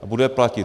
A bude platit.